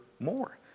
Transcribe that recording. More